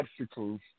obstacles